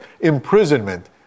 imprisonment